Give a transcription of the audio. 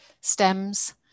stems